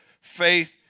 faith